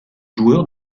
joueur